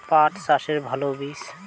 পাঠ চাষের ভালো বীজ?